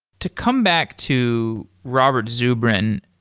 to come back to robert zubrin,